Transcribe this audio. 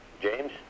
James